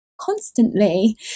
constantly